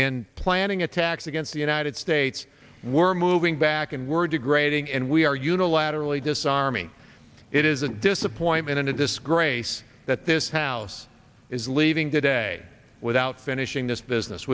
and planning attacks against the united states we're moving back and we're degrading and we are unilaterally disarming it isn't disappointment and a disgrace that this house is leaving today without finishing this business